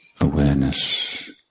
awareness